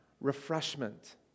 refreshment